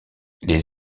les